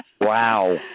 Wow